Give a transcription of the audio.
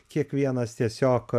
kiekvienas tiesiog